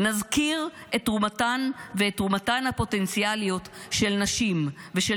"נזכיר את תרומתן ואת תרומתן הפוטנציאלית של נשים ושל